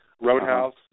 Roadhouse